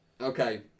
Okay